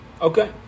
Okay